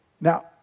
Now